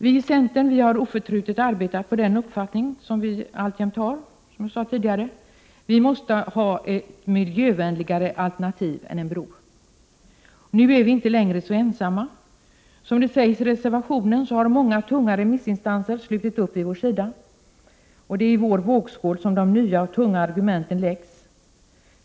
Vi i centern har oförtrutet arbetat för uppfattningen — den har vi alltjämt, som jag tidigare sade — att vi måste ha ett miljövänligare alternativ än en bro. Nu är vi inte längre så ensamma. Som sägs i reservationen har många tunga remissinstanser slutit upp vid vår sida. Det är i vår vågskål de nya och tunga argumenten läggs.